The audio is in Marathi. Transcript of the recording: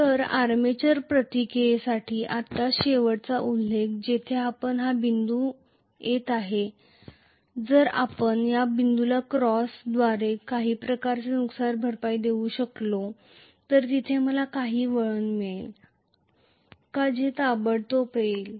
तर आर्मेचर प्रतिक्रियेसाठी आत्ताच शेवटचा उल्लेख जिथे आपल्याकडे हा बिंदू येत आहे जर आपण त्या बिंदूला क्रॉसद्वारे काही प्रकारचे नुकसान भरपाई देऊ शकलो तर तिथे मला काही वळण मिळेल का जे ताबडतोब येईल